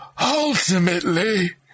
Ultimately